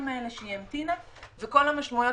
חודשיים האלה של ההמתנה וכל המשמעויות